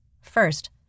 First